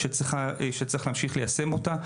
שצריך להמשיך ליישם אותה.